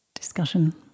discussion